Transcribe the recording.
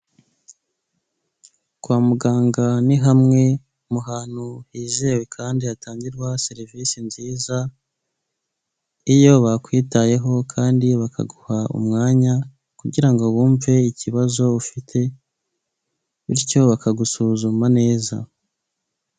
Kwa muganga ni hamwe mu hantu hizewe kandi hatangirwa serivise nziza, iyo bakwitayeho kandi bakaguha umwanya kugira ngo bumve ikibazo ufite bityo bakagusuzuma neza.